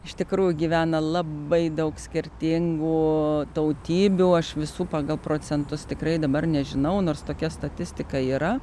iš tikrųjų gyvena labai daug skirtingų tautybių aš visų pagal procentus tikrai dabar nežinau nors tokia statistika yra